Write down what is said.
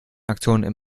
aktionen